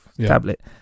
Tablet